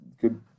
good